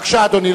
בבקשה, אדוני.